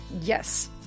Yes